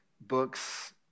books